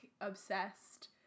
obsessed